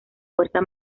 fuerza